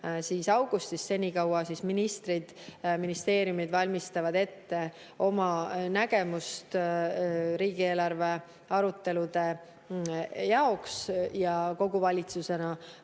ette augustis, senikaua ministrid, ministeeriumid valmistavad ette oma nägemust riigieelarve arutelude jaoks. Kogu valitsusega arutame